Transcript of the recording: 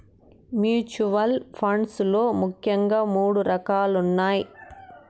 mutual funds లో ముఖ్యంగా మూడు రకాలున్నయ్